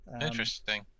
Interesting